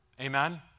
Amen